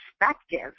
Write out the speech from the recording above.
perspective